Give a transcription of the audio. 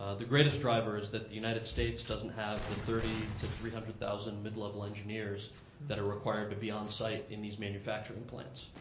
ah the greatest driver is that the united states doesn't have the thirty to three hundred thousand mid-level engineers that are required to be on site in these manufacturing plants.